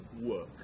work